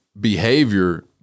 behavior